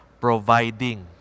providing